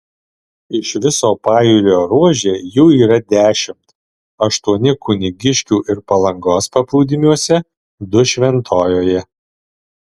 iš viso pajūrio ruože jų yra dešimt aštuoni kunigiškių ir palangos paplūdimiuose du šventojoje